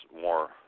more